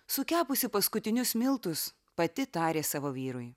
sukepusi paskutinius miltus pati tarė savo vyrui